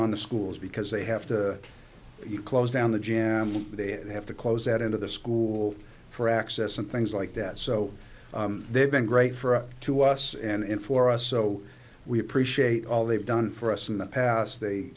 on the schools because they have to close down the gym they have to close at end of the school for access and things like that so they've been great for up to us and for us so we appreciate all they've done for us in the past they